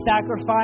sacrifice